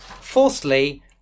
Fourthly